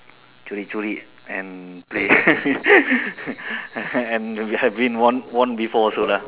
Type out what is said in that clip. curi-curi and play and have been warned warned before also lah